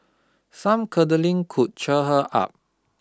some curdling could cheer her up